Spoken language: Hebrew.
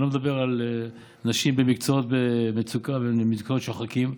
אני לא מדבר על נשים במקצועות מצוקה ובמקצועות שוחקים,